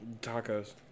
tacos